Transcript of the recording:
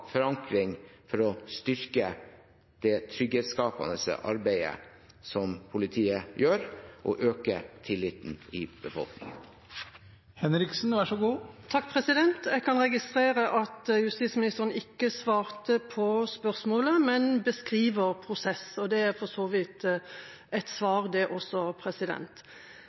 forankring for å styrke det trygghetsskapende arbeidet som politiet gjør, og øke tilliten i befolkningen. Jeg kan registrere at justisministeren ikke svarte på spørsmålet, men beskriver prosessen, og det er for så vidt et svar, det også.